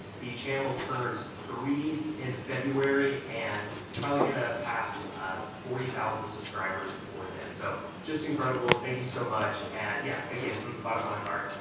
the channel turns three in february, and probably going to pass forty thousand subscribers before then. so just incredible, thank you so much, and yeah again, from the bottom of my heart,